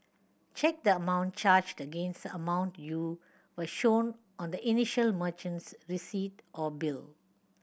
check the amount charged against the amount you were shown on the initial merchant's receipt or bill